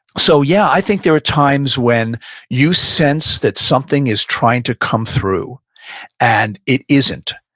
so yeah, i think there are times when you sense that something is trying to come through and it isn't.